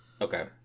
Okay